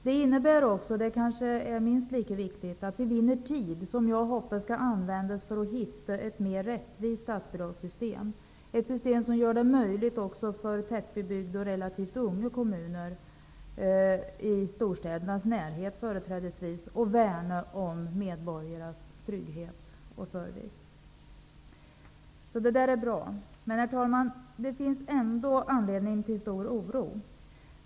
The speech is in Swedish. Det innebär också att vi vinner tid, tid som jag hoppas skall användas för att finna ett mer rättvist statsbidragssystem, dvs. ett system som gör det möjligt för tättbebyggda och relativt unga kommuner -- företrädesvis i storstädernas närhet -- att värna om medborgarnas trygghet och service. Herr talman! Det finns ändå anledning till stor oro.